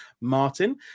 martin